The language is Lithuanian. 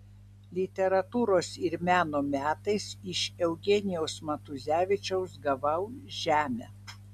literatūros ir meno metais iš eugenijaus matuzevičiaus gavau žemę